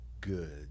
good